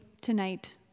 tonight